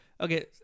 Okay